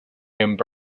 horns